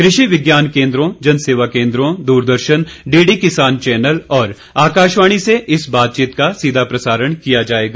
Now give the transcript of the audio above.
कृषि विज्ञान केंद्रों जनसेवा केंद्रो दूरदर्शन डीडी किसान चैनल और आकाशवाणी से इस बातचीत का सीधा प्रसारण किया जाएगा